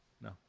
no